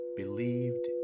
believed